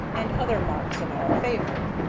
and other marks of our favor.